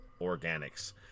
organics